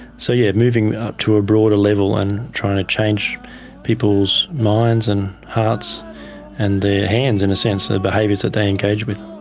so yes, yeah moving up to a broader level and trying to change people's minds and hearts and their hands, in a sense, the behaviours that they engage with.